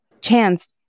chance